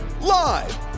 Live